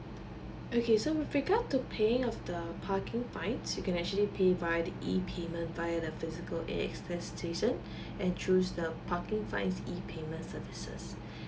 okay so with regards to paying of the parking fine you can actually pay via the E payment via the physical A_X_S station and choose the parking fine as E payments services